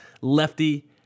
lefty